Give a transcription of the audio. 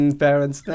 parents